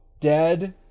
dead